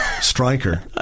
striker